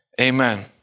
amen